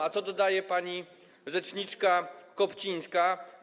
A co dodaje pani rzeczniczka Kopcińska?